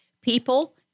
people